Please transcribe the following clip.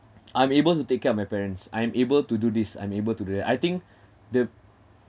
I'm able to take care of my parents I'm able to do this I'm able to do that I think the